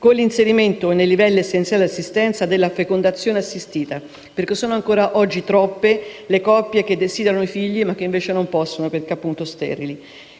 con l'inserimento nei livelli essenziali di assistenza della fecondazione assistita, perché sono ancora oggi troppe le coppie che desiderano figli, ma che non possono perché sterili.